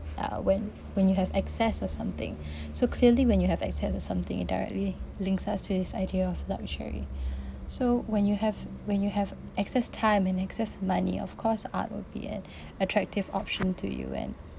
uh when when you have access or something so clearly when you have access to something it directly links us to this idea of luxury so when you have when you have access time and access money of course art will be an attractive option to you and